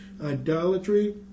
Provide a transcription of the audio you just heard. idolatry